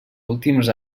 últims